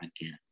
again